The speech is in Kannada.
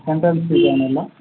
ಎಂಟ್ರೆನ್ಸ್ ಫೀಸ್ ಏನಿಲ್ಲಾ